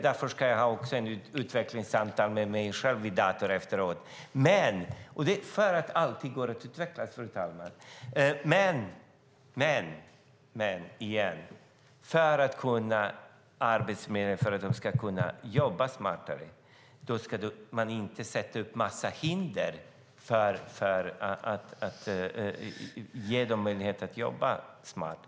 Därför ska jag också ha ett utvecklingssamtal med mig själv i datorn efteråt. Allting går att utveckla, fru talman. För att Arbetsförmedlingen ska kunna jobba smartare ska man inte sätta upp en massa hinder utan ge den en möjlighet att jobba smart.